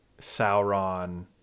sauron